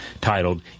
titled